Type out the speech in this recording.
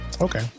okay